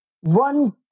one